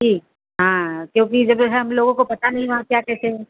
जी हाँ क्योंकि जैसे हम लोगों को पता नहीं वहाँ क्या कैसे है